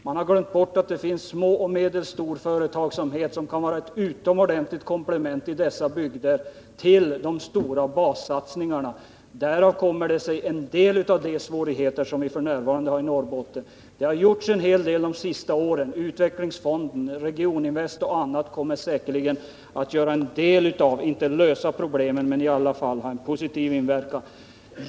Man har glömt bort att det finns mindre och medelstor företagsamhet som i dessa bygder kan vara ett utomordentligt komplement till de stora bassatsningarna. Därav kommer sig en del av de svårigheter som vi f.n. har i Norrbotten. Det har gjorts en hel del de senaste åren; utvecklingsfonden, Regioninvest och annat kommer säkerligen att, om inte lösa problem så i alla fall ha en positiv inverkan.